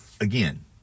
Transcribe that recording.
again